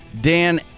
Dan